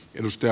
kiitos